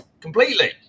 completely